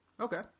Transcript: Okay